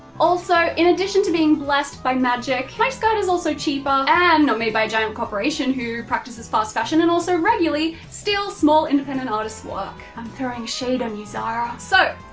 also, in addition to being blessed by magic, my skirt is also cheaper, and not made by a giant corporation who practices fast fashion and also regularly steals small independent artists' work. i'm throwing shade on you, zara. so,